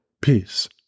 peace